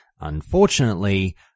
Unfortunately